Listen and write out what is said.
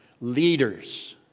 leaders